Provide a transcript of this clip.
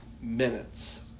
minutes